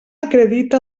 acredita